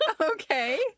okay